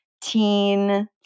teen